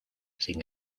sin